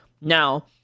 now